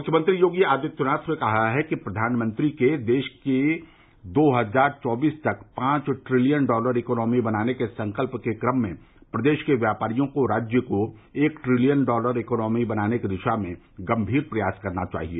मुख्यमंत्री योगी आदित्यनाथ ने कहा है प्रधानमंत्री के देश को दो हजार चौबीस तक पांच ट्रिलियन डॉलर इकोनॉमी बनाने के संकल्प के ऊम में प्रदेश के व्यापारियों को राज्य को एक ट्रिलियन डॉलर इकोनॉमी बनाने की दिशा में गंभीर प्रयास करना चाहिए